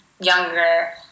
younger